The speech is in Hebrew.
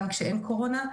גם כשאין קורונה,